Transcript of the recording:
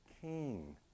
king